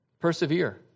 Persevere